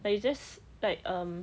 like you just like err